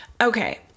okay